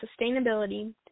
Sustainability